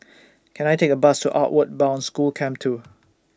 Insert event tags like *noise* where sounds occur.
*noise* Can I Take A Bus to Outward Bound School Camp two